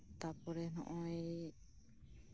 ᱛᱟᱨᱯᱚᱨᱮ ᱱᱚᱜ ᱚᱭ